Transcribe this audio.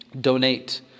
donate